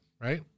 right